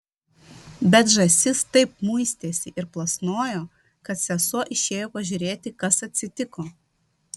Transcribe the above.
bet žąsis taip muistėsi ir plasnojo kad sesuo išėjo pažiūrėti kas atsitiko